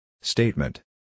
Statement